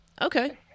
Okay